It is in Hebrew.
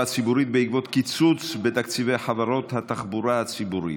הציבורית בעקבות קיצוץ בתקציבי חברות התחבורה הציבורית,